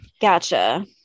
Gotcha